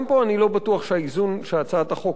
גם פה אני לא בטוח שהאיזון שהצעת החוק